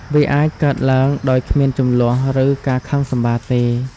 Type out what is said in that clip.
វាអាចកើតឡើងដោយគ្មានជម្លោះ ឬការខឹងសម្បារទេ។